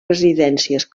residències